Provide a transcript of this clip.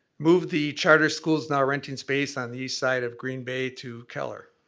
move the charter schools now renting space on the east side of green bay to keller.